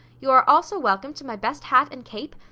you are also welcome to my best hat and cape,